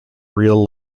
real